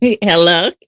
Hello